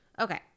okay